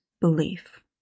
belief